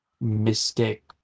Mystic